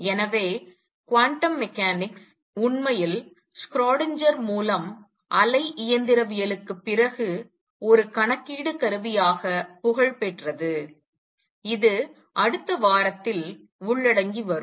எனவே quantum mechanics உண்மையில் Schrödinger மூலம் அலை இயந்திரவியலுக்குப் பிறகு ஒரு கணக்கீடு கருவியாக புகழ் பெற்றது இது அடுத்த வாரத்தில் உள்ளடங்கி வரும்